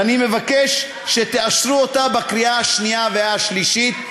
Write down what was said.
ואני מבקש שתאשרו אותה בקריאה השנייה והשלישית.